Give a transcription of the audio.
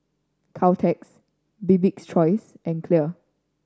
Caltex Bibik's Choice and Clear